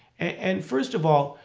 and first of all,